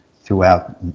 throughout